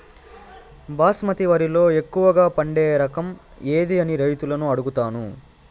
బాస్మతి వరిలో ఎక్కువగా పండే రకం ఏది అని రైతులను అడుగుతాను?